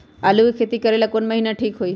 आलू के खेती करेला कौन महीना ठीक होई?